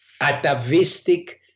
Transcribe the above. atavistic